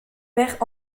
maires